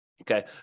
okay